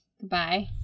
Goodbye